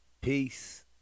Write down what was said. peace